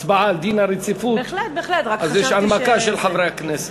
הצבעה על דין הרציפות אז יש הנמקה של חברי הכנסת.